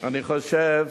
אני חושב,